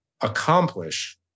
accomplish